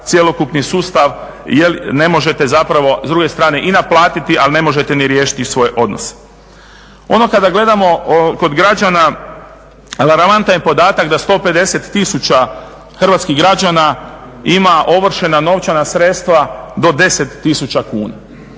cjelokupni sustav jer ne možete zapravo s druge strane i naplatiti ali ne možete ni riješiti svoje odnose. Ono kada gledamo kod građana relevantan je podatak da 150 tisuća hrvatskih građana ima ovršena novčana sredstva do 10 tisuća kuna.